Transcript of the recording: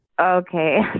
Okay